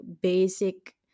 basic